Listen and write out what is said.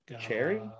Cherry